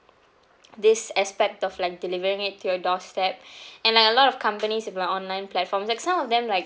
this aspect of like delivering it to your doorstep and like a lot of companies if like online platforms like some of them like